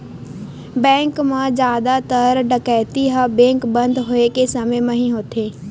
bank म जादातर डकैती ह बेंक बंद होए के समे म ही होथे